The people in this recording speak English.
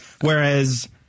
Whereas